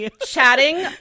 chatting